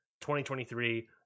2023